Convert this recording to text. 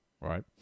right